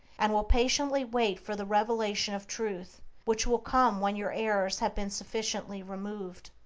and will patiently wait for the revelation of truth which will come when your errors have been sufficiently removed.